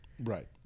Right